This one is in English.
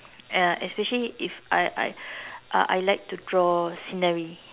uh especially if I I uh I like to draw scenery